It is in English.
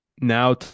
Now